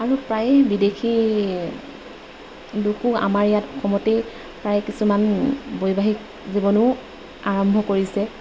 আৰু প্ৰায়ে বিদেশী লোকো আমাৰ ইয়াত অসমতেই প্ৰায় কিছুমান বৈবাহিক জীৱনো আৰম্ভ কৰিছে